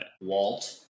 Walt